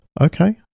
okay